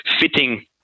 fitting